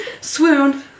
Swoon